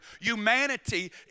humanity